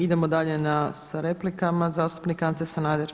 Idemo dalje sa replikama, zastupnik Ante Sanader.